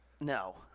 No